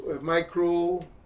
micro